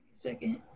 Second